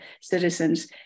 citizens